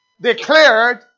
Declared